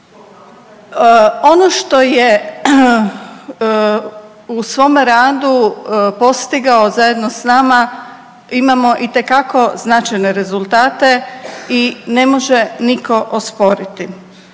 Ono što je u svom radu postigao zajedno s nama imamo itekako značajne rezultate i ne može nitko osporiti.